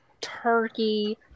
turkey